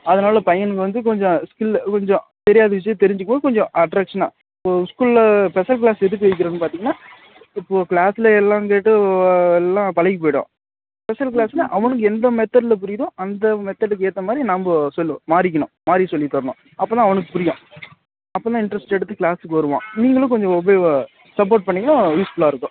அதனால் பையனுக்கு வந்து கொஞ்சம் ஸ்கில் கொஞ்சம் தெரியாத விஷயத்தை தெரிஞ்சிக்குவான் கொஞ்சம் அட்ரேக்ஷனாக இப்போ ஸ்கூலில் ஸ்பெஷல் கிளாஸ் எதுக்கு வக்கிறோன்னு பார்த்திங்கன்னா இப்போ கிளாஸில் எல்லாம் கேட்டு எல்லாம் பழகி போய்விடும் ஸ்பெஷல் கிளாஸில் அவனுக்கு எந்த மெத்தெடில் புரியுதோ அந்த மெத்தெடுக்கு ஏற்ற மாதிரி நம்ப சொல்லு மாதிரிக்கணும் மாதிரி சொல்லி தரணும் அப்போதான் அவனுக்கு புரியும் அப்போதான் இன்ட்ரெஸ்ட் எடுத்து கிளாஸ்க்கு வருவான் நீங்களும் கொஞ்சம் ஒபே சப்போர்ட் பண்ணிங்கன்னா யூஸ்ஃபுல்லாக இருக்கும்